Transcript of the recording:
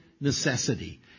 necessity